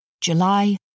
July